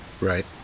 Right